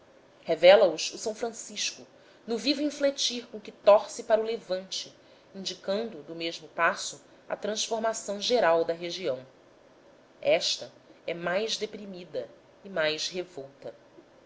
consideráveis revela os o s francisco no vivo infletir com que torce para o levante indicando do mesmo passo a transformação geral da região esta é mais deprimida e mais revolta